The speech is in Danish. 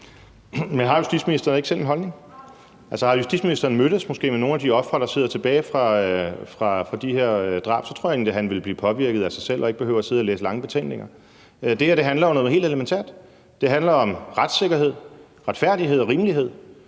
justitsministeren ikke selv en holdning? Altså, har justitsministeren måske mødtes med nogle af de ofre, der sidder tilbage efter nogle af de her drab? For så tror jeg egentlig, at han selv ville blive påvirket og ikke behøve at sidde og læse lange betænkninger. Det her handler jo om noget helt elementært. Det handler om retssikkerhed, retfærdighed og rimelighed,